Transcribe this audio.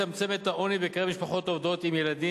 לצמצם את העוני בקרב משפחות עובדות עם ילדים